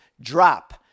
drop